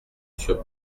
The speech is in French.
sur